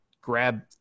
grab